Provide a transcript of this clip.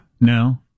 No